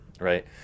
right